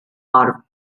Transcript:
are